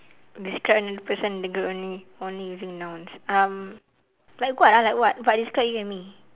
describe another person in the group only only using nouns um like what ah like what like describe you and me